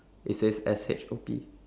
it says S H O P